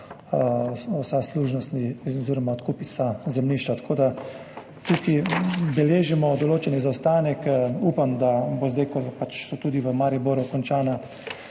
vse služnosti oziroma odkupiti vsa zemljišča, tako da tukaj beležimo določen zaostanek. Upam, da bo zdaj, ko so tudi v Mariboru končane